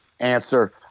answer